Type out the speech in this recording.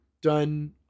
done